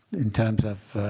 in terms of